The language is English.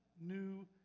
new